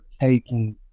taking